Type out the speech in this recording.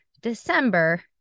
December